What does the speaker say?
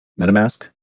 MetaMask